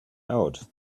out